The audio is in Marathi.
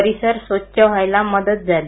परिसर स्वच्छ व्हायला मदत झाली